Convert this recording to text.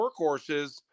workhorses